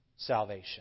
Salvation